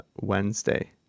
Wednesday